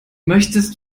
möchtest